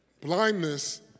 Blindness